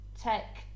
tech